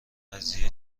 قضیه